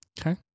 Okay